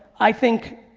i think